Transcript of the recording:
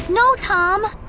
no, tom!